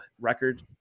record